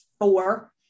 four